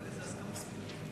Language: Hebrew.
והספורט נתקבלה.